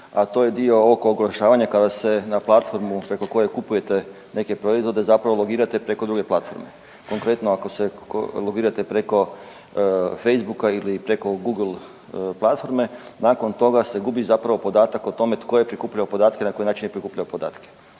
a to je dio oko oglašavanja kada se na platformu preko koje kupujete neke proizvode zapravo ulogirate preko druge platforme. Konkretno, ako se logirate preko Facebooka ili preko Google platforme, nakon toga se gubi zapravo podatak o tome tko je prikupljao podatke i na koji način je prikupljao podatke.